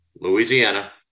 Louisiana